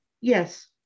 Yes